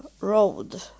road